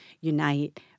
unite